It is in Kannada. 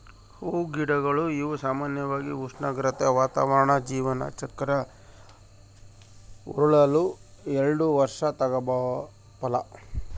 ಹೂಗಿಡಗಳು ಇವು ಸಾಮಾನ್ಯವಾಗಿ ಉಷ್ಣಾಗ್ರತೆ, ವಾತಾವರಣ ಜೀವನ ಚಕ್ರ ಉರುಳಲು ಎಲ್ಡು ವರ್ಷ ತಗಂಬೋ ಫಲ